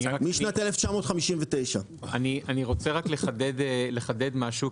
משנת 1959. אני רוצה לחדד משהו,